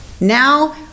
Now